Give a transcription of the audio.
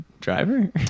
driver